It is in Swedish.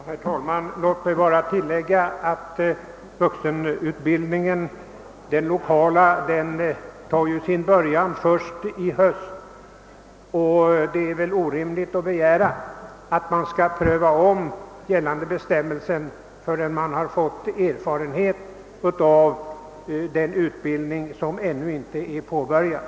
Herr talman! Låt mig bara tillägga att den lokala vuxenutbildningen tar sin början först i höst. Det är väl orimligt att begära att man skall ompröva gällande bestämmelser innan man fått erfarenhet av denna utbildning, som ännu inte är påbörjad.